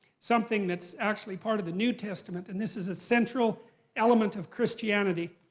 something that's actually part of the new testament, and this is a central element of christianity.